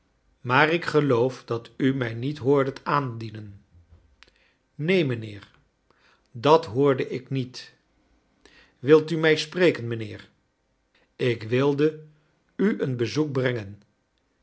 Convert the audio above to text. dorrit gel oof dat u mij niet hoordet aandienen neen mijnheer dat hoorde ik niet wilt u mij spreken mijnheer jk wilde u een bezoek brengen